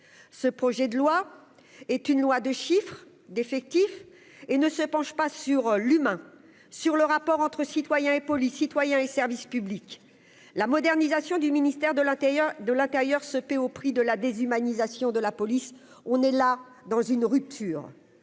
ce projet de loi est une loi de chiffres, d'effectifs et ne se penche pas sur l'humain, sur le rapport entre citoyens et police citoyen et services publics, la modernisation du ministère de l'intérieur de l'intérieur se paie au prix de la déshumanisation de la police, on est là dans une rupture